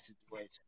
situation